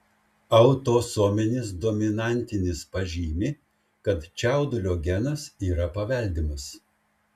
autosominis dominantinis pažymi kad čiaudulio genas yra paveldimas